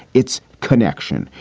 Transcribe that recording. it's connection,